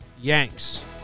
Yanks